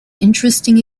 interesting